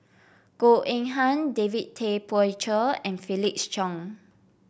Goh Eng Han David Tay Poey Cher and Felix Cheong